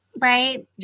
right